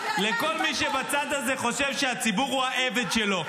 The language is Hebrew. לכל מי שבצד הזה חושב שהציבור הוא העבד שלו,